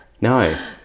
No